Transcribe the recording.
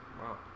Wow